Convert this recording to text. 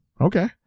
okay